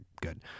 good